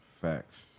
Facts